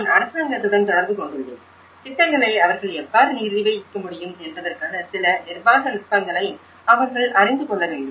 நான் அரசாங்கத்துடன் தொடர்பு கொண்டுள்ளேன் திட்டங்களை அவர்கள் எவ்வாறு நிர்வகிக்க முடியும் என்பதற்கான சில நிர்வாக நுட்பங்களை அவர்கள் அறிந்து கொள்ள வேண்டும்